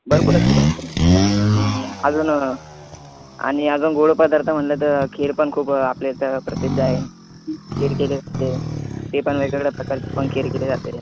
भरपूर असतं तसं काय नाही अजून आणि अजून गोड पदार्थ म्हटलं तर खीर पण खूप आपल्या इथं प्रसिद्ध आहे खीर केली असते ते पण वेगवेगळ्या प्रकारची पण खीर केली जाते